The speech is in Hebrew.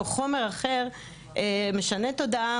או חומר אחר משנה תודעה,